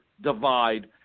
divide